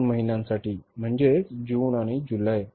दोन महिन्यासाठी म्हणजेच जून आणि जुलै